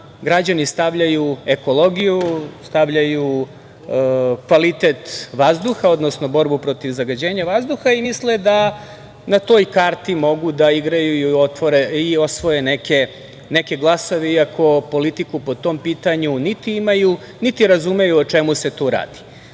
građani stavljaju ekologiju, stavljaju kvalitet vazduha, odnosno borbu protiv zagađenja vazduha i misle da na toj karti mogu da igraju i osvoje neke glasove, iako politiku po tom pitanju niti imaju, niti razumeju o čemu se tu radi.S